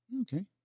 Okay